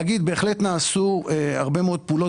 להגיד שבהחלט נעשו הרבה מאוד פעולות